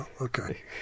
Okay